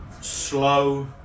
slow